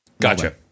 gotcha